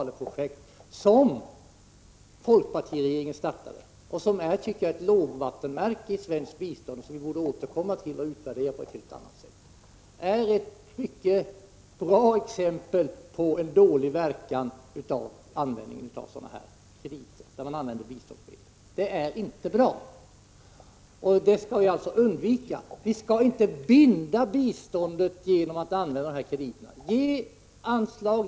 Detta projekt, som folkpartiregeringen startade, är enligt min mening ett lågvattenmärke i svensk biståndspolitik, som vi borde återkomma till och utvärdera på ett helt annat sätt än vad som hittills har skett. Vi skall undvika att ge biståndsmedel till u-krediter. Vi skall inte binda biståndet genom att använda sådana krediter.